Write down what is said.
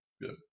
Good